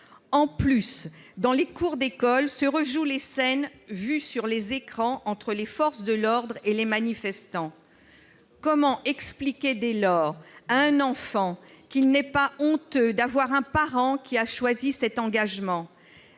gendarme. Dans les cours d'école, on rejoue les scènes vues sur les écrans entre forces de l'ordre et manifestants. Dès lors, comment expliquer à un enfant qu'il n'est pas honteux d'avoir un parent qui a choisi cet engagement ?